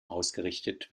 ausgerichtet